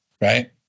right